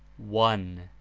one.